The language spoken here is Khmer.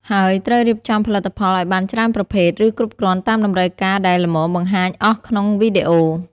ហើយត្រូវរៀបចំផលិតផលឲ្យបានច្រើនប្រភេទ ឬគ្រប់គ្រាន់តាមតម្រូវការដែលល្មមបង្ហាញអស់ក្នុងវីឌីអូ។